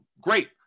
Great